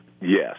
yes